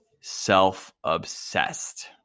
self-obsessed